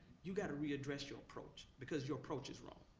you gotta readdress your approach because your approach is wrong.